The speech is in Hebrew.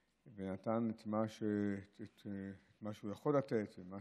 ונתן את מה שהוא יכול לתת ומה